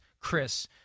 Chris